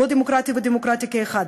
לא דמוקרטי ודמוקרטי כאחד,